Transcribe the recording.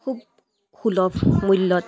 খুব সুলভ মূল্যত